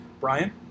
Brian